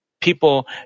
People